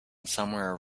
somewhere